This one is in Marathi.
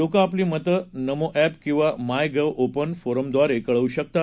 लोकं आपली मतं नमो अप किंवा माय गव्ह ओपन फोरमद्वारे कळवू शकतात